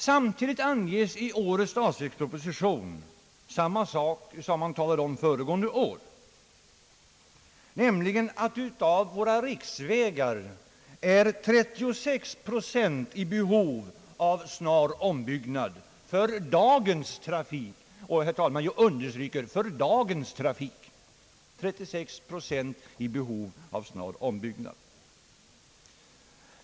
Samtidigt anges i årets statsverksproposition samma sak som man talade om föregående år, nämligen att av våra riksvägar 36 procent är i behov av en snar ombyggnad för dagens trafik.